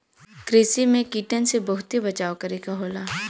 कृषि में कीटन से बहुते बचाव करे क होला